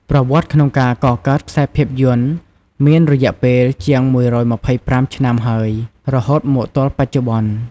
ប្រវត្តិក្នុងការកកើតខ្សែភាពយន្តមានរយៈពេលជាង ១២៥ ឆ្នាំហើយ រហូតមកទល់បច្ចុប្បន្ន។